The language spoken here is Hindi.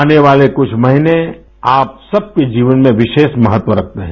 आने वाले कुछ महीने आप सब के जीवन में विशेष महत्व रखते हैं